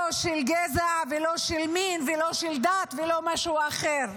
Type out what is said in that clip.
גזע ושל מין ושל דת ומשהו אחר,